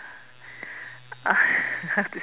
I have to say